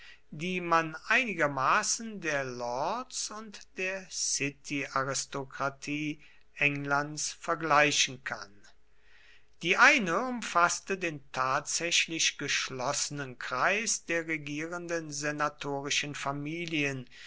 die man einigermaßen der lords und der cityaristokratie englands vergleichen kann die eine umfaßte den tatsächlich geschlossenen kreis der regierenden senatorischen familien